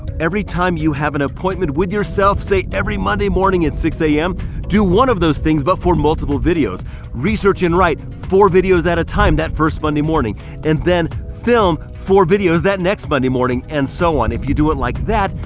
every time you have an appointment with yourself. say every monday morning at six zero a m do one of those things, but for multiple videos research and write four videos at a time, that first monday morning, and then film for videos that next monday morning and so on. if you do it like that,